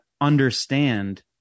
understand